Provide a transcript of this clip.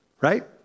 Right